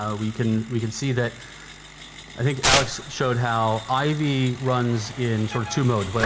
ah we can we can see that i think alex showed how ivy runs in sort of two modes, but